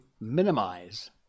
minimize